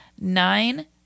nine